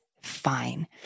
fine